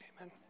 Amen